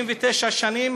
69 שנים,